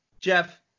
Jeff